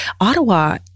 Ottawa